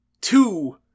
two